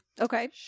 Okay